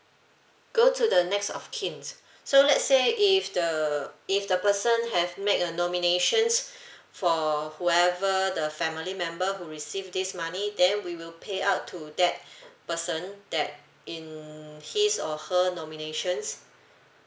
go to the next of kins so let's say if the if the person have make a nominations for whoever the family member who receive this money then we will pay out to that person that in his or her nominations